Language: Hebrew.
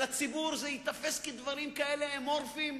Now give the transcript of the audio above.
לציבור זה ייתפס כדברים כאלה אמורפיים.